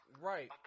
Right